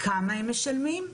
כמה הם משלמים?